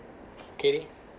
okay